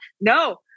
No